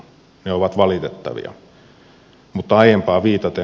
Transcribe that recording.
ne ovat valitettavia mutta aiempaan viitaten